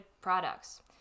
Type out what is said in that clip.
products